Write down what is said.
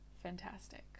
Fantastic